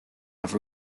have